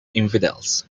infidels